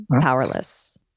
powerless